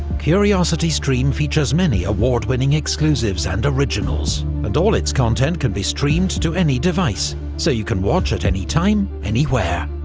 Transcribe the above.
curiosity stream features many award-winning exclusives and originals, and all its content can be streamed to any device, so you can watch at anytime, anywhere.